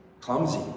clumsy